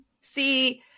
See